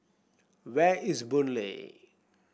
where is Boon Lay